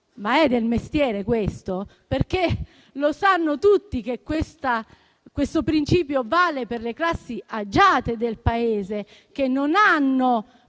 ma è del mestiere questo? Sanno tutti che questo principio vale per le classi agiate del Paese, che non hanno